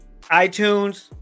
iTunes